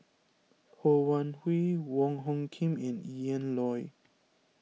Ho Wan Hui Wong Hung Khim and Ian Loy